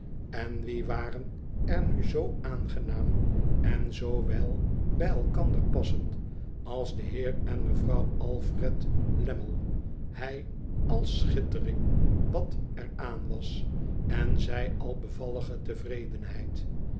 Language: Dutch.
en wie waren er nu zoo aangenaam en zoo wel bij elkander passend als de heer en mevrouw alfred lammie hij al schittering wat er aan was en zij al bevallige tevredenheid